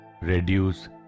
reduce